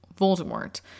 Voldemort